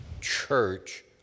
church